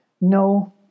No